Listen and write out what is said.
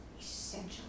essential